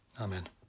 Amen